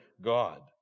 God